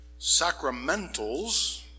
Sacramentals